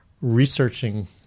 researching